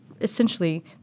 essentially